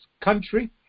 country